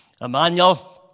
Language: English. Emmanuel